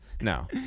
No